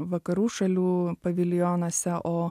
vakarų šalių paviljonuose o